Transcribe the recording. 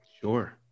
sure